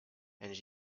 and